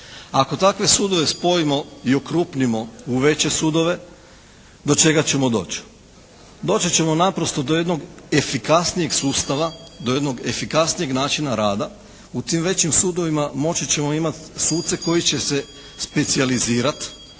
Ako takve sudove spojimo i okrupnimo u veće sudove, do čega ćemo doći? Doći ćemo naprosto do jednog efikasnijeg sustava, do jednog efikasnijeg načina rada. U tim većim sudovima moći ćemo imati suce koji će se specijalizirati,